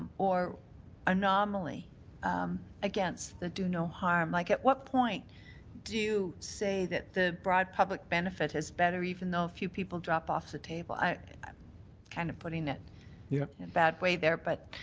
um or anomaly against the do no harm. like, at what point do you say that the broad public benefit is better even though a few people drop off the table? i'm kind of putting it yeah in a bad way there, but.